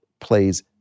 plays